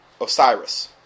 Osiris